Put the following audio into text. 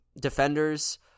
defenders